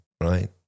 right